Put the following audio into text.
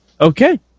Okay